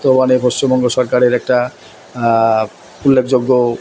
বর্তমানে পশ্চিমবঙ্গ সরকারের একটা উল্লেখযোগ্য